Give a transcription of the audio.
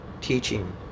teaching